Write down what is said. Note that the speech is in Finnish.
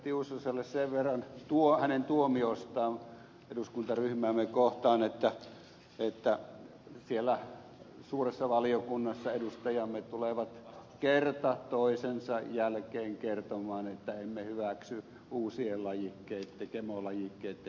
tiusaselle sen verran hänen tuomiostaan eduskuntaryhmäämme kohtaan että siellä suuressa valiokunnassa edustajamme tulevat kerta toisensa jälkeen kertomaan että emme hyväksy uusien gemolajikkeiden hyväksymistä